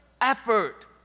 effort